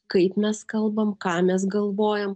kaip mes kalbam ką mes galvojam